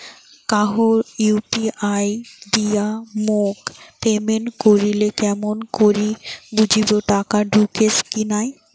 কাহো ইউ.পি.আই দিয়া মোক পেমেন্ট করিলে কেমন করি বুঝিম টাকা ঢুকিসে কি নাই?